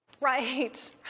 right